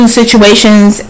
situations